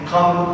come